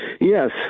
Yes